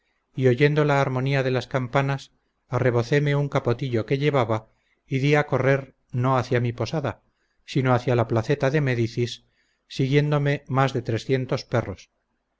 oyendo la armonía de las campanas arrebocéme un capotillo que llevaba y di a correr no hacia mi posada sino hacia la placeta de médicis siguiéndome más de trescientos perros